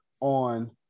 on